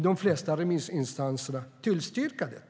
De flesta remissinstanserna tillstyrker detta.